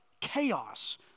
chaos